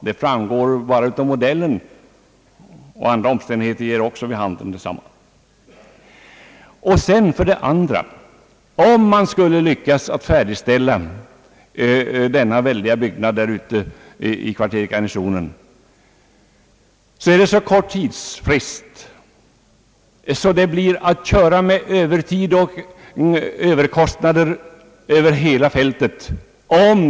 Det framgår redan av den modell vi har, och även andra omständigheter tyder på detta. Om man för det andra skall lyckas med att färdigställa denna väldiga byggnad där uppe i kvarteret Garnisonen är det så kort tidsfrist, att det blir att köra med övertid och därmed följande överkostnader över hela fältet.